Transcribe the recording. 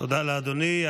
תודה לאדוני.